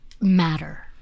matter